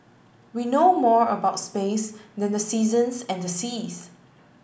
we know more about space than the seasons and the seas